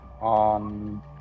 on